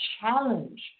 challenge